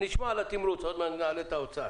נשמע על התמרוץ, עוד מעט נעלה את האוצר.